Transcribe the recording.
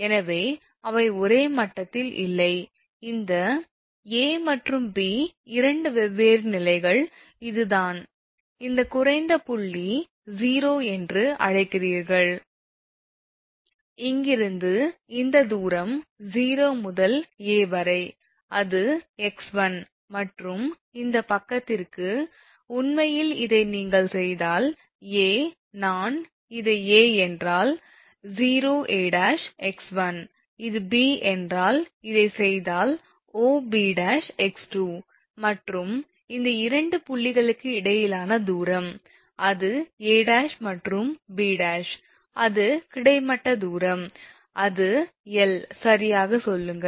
எனவே அவை ஒரே மட்டத்தில் இல்லை இந்த 𝐴 மற்றும் 𝐵 இரண்டு வெவ்வேறு நிலைகள் இதுதான் அந்த குறைந்த புள்ளி 0 என்று அழைக்கிறீர்கள் இங்கிருந்து இந்த தூரம் 0 முதல் A வரை அது 𝑥1 மற்றும் இந்த பக்கத்திற்கு உண்மையில் இதை நீங்கள் செய்தால் 𝐴 நான் இதை 𝐴 என்றால் 𝑂𝐴′ x1 இது 𝐵 என்றால் இதை செய்தால் 𝑂𝐵′ 𝑥2 மற்றும் இந்த இரண்டு புள்ளிகளுக்கு இடையிலான தூரம் அது 𝐴′ மற்றும் 𝐵′ அது கிடைமட்ட தூரம் அது 𝐿 சரியாகச் சொல்லுங்கள்